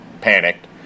panicked